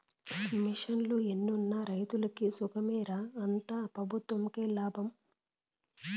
ఆ మిషన్లు ఎన్నున్న రైతులకి సుఖమేమి రా, అంతా పెబుత్వంకే లాభం